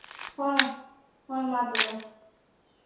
ᱦᱚᱸ ᱦᱳᱭ ᱢᱟ ᱛᱚᱵᱮ